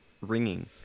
ringing